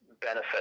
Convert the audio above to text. benefit